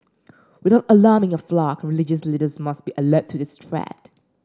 without alarming your flock religious leaders must be alert to this threat